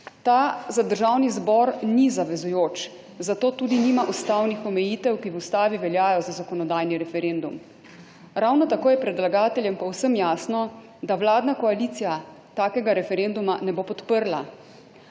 ta za Državni zbor ni zavezujoč, zato tudi nima ustavnih omejitev, ki v ustavi veljajo za zakonodajni referendum. Ravno tako je predlagateljem povsem jasno, da vladna koalicija takega referenduma ne bo podprla.